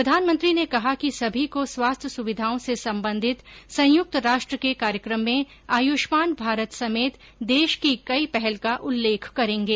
प्रधानमंत्री ने कहा कि सभी को स्वास्थ्य सुविधाओं से संबंधित संयुक्त राष्ट्र के कार्यक्रम में आयुष्मान भारत समेत देश की कई पहल का उल्लेख करेंगे